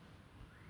what would it be